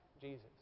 Jesus